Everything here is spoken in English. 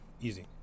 Easy